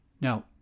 Now